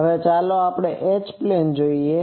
હવે ચાલો H plane જોઈએ